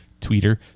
Tweeter